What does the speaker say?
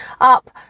up